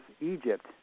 Egypt